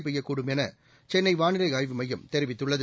பெய்யக்கூடும் என சென்னை வானிலை ஆய்வு மையம் தெரிவித்துளளது